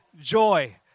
joy